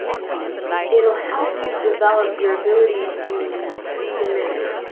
you know it'll help you develop your ability to to mimic,